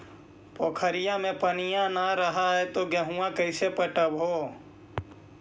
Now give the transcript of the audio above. पोखरिया मे पनिया न रह है तो गेहुमा कैसे पटअब हो?